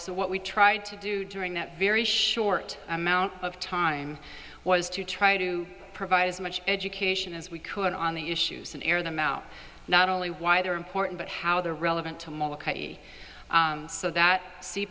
so what we tried to do during that very short amount of time was to try to provide as much education as we could on the issues on air them out not only why they are important but how they're relevant to molokai so that